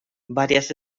varias